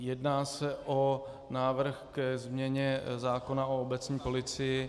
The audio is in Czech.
Jedná se o návrh ke změně zákona o obecní policii.